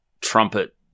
trumpet